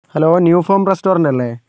hello new form റെസ്റ്റോറൻ്റല്ലേ